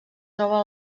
troba